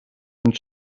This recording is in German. und